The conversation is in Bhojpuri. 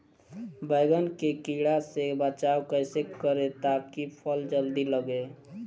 बैंगन के कीड़ा से बचाव कैसे करे ता की फल जल्दी लगे?